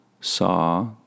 saw